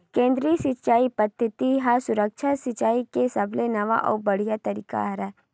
केदरीय सिचई पद्यति ह सुक्ष्म सिचाई के सबले नवा अउ बड़िहा तरीका हरय